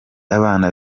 abana